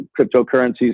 cryptocurrencies